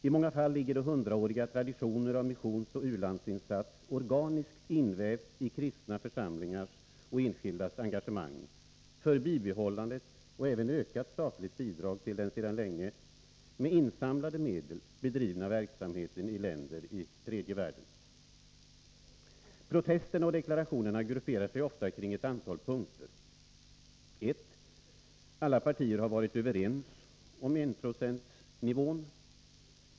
I många fall ligger det hundraåriga traditioner av missionsoch u-landsinsatser organiskt invävda i kristna församlingar och enskildas engagemang för ett bibehållet och även utökat statligt bidrag till den sedan länge med insamlade medel bedrivna verksamheten i länder i tredje världen. Protesterna och deklarationerna grupperar sig ofta kring ett antal punkter. 1. Alla partier har varit överens om enprocentsnivån.